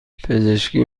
پزشکی